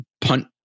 punt